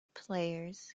players